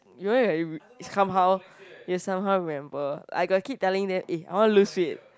you know like somehow we will somehow remember I got keep telling them eh I wanna lose weight